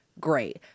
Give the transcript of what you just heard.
Great